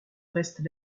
reste